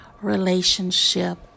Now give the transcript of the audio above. relationship